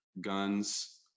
guns